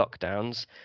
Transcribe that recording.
lockdowns